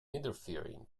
interfering